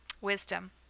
wisdom